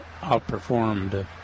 outperformed